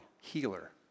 Healer